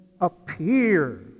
appear